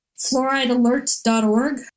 fluoridealert.org